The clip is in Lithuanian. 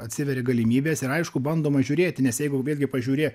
atsiveria galimybės ir aišku bandoma žiūrėti nes jeigu vėlgi pažiūrė